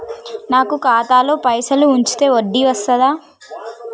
నాకు ఖాతాలో పైసలు ఉంచితే వడ్డీ వస్తదా?